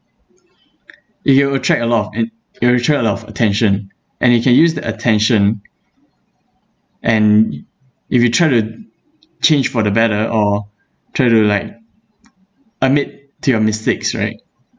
it will attract a lot of n~ it will attract a lot of attention and you can use the attention and if you try to change for the better or try to like admit to your mistakes right